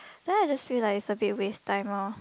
then I just feel like it's a bit waste time orh